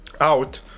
out